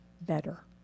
better